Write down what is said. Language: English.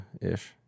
ish